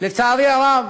לצערי הרב,